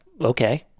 okay